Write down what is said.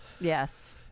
Yes